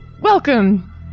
welcome